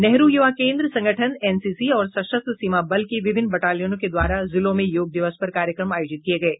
नेहरू युवा केन्द्र संगठन एनसीसी और सशस्त्र सीमा बल की विभिन्न बटालियनों के द्वारा जिलों में योग दिवस पर कार्यक्रम आयोजित किये गये